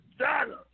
China